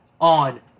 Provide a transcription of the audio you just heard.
on